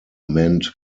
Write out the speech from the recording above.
meant